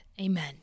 Amen